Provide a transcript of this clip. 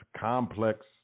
complex